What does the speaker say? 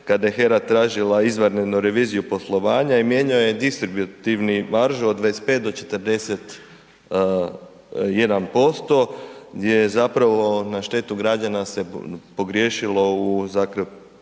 kada je HERA tražila izvanrednu reviziju poslovanja i mijenjao je distributivnu maržu od 25 do 41% gdje je zapravo na štetu građana se pogriješilo u